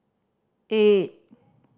eight